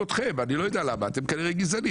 מסיבותיכם אני לא יודע למה, אתם כנראה גזענים